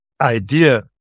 idea